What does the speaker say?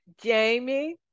jamie